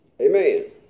Amen